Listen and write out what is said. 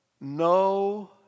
No